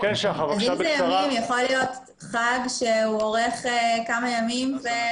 אם אלה ימים, יכול להיות חג שאורך כמה ימים.